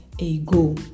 ago